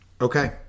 Okay